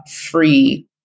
free